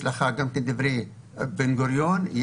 יש דברי בן גוריון,